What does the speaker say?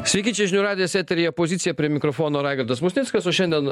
sveiki čia žinių radijas eteryje pozicija prie mikrofono raigardas musnickas o šiandien